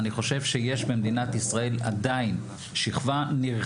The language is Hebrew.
אני חושב שעדיין יש במדינת ישראל שכבה נרחבת